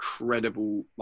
incredible